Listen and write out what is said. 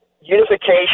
unification